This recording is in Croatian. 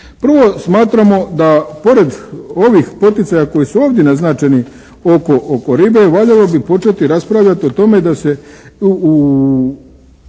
Prvo smatramo da pored ovih poticaja koji su ovdje naznačeni oko ribe valjalo bi početi raspravljati o tome da se